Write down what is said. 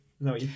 No